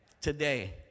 Today